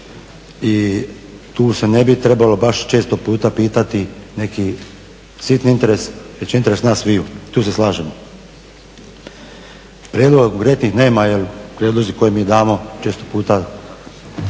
i tu se ne bi trebalo baš često puta pitati neki sitni interes već interes nas sviju. Tu se slažemo. Prijedlog …/Govornik se ne razumije./… jer prijedlozi koje mi damo često puta